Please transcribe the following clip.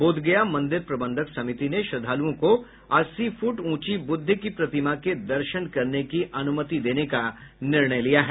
बोधगया मंदिर प्रबंधक समिति ने श्रद्दालुओं को अस्सी फुट ऊंची बुद्ध की प्रतिमा के दर्शन करने की अनुमति देने का निर्णय लिया है